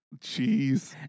Jeez